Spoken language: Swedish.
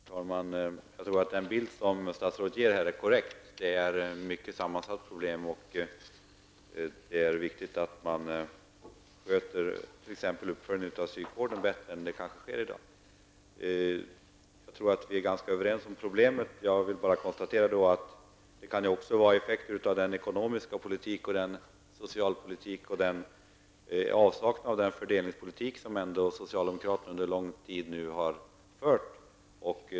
Herr talman! Jag tror att den bild som statsrådet här ger är korrekt. Detta är ett mycket sammansatt problem. Det är t.ex. viktigt att uppföljningen inom psykvården sköts bättre än vad som i dag kanske är fallet. Vi tycks vara ganska överens om problemet. Jag vill bara konstatera att problemet kan vara en effekt av den ekonomiska politik och den socialpolitik som socialdemokraterna under lång tid fört och även av avsaknaden av en effektiv fördelningspolitik.